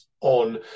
on